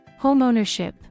homeownership